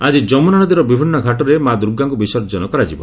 ଆକି ଯମୁନା ନଦୀର ବିଭିନ୍ନ ଘାଟରେ ମା ଦୁର୍ଗାଙ୍କୁ ବିସର୍ଜନ କରାଯିବ